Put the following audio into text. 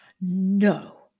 No